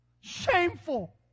shameful